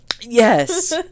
yes